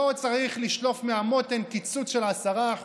לא צריך לשלוף מהמותן קיצוץ של 10%,